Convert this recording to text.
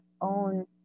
own